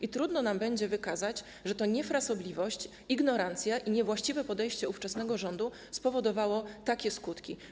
I trudno nam będzie wykazać, że to niefrasobliwość, ignorancja i niewłaściwe podejście ówczesnego rządu spowodowały takie skutki.